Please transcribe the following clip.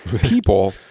people